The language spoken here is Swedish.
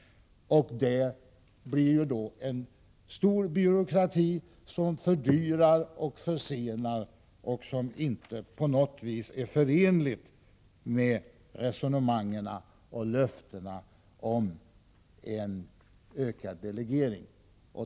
Där byggs upp en stor byråkrati som fördyrar och försenar, vilket inte på något vis är förenligt med resonemangen och löftena om en ökad delegering.